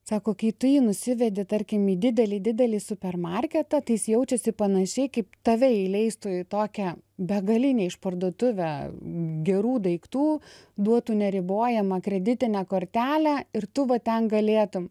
sako kai tu jį nusivedi tarkim į didelį didelį supermarketą tai jis jaučiasi panašiai kaip tave įleistų į tokią begalinę išparduotuvę gerų daiktų duotų neribojamą kreditinę kortelę ir tu va ten galėtum